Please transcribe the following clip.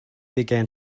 began